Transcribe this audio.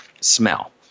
smell